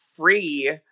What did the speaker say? free